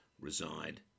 reside